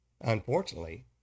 unfortunately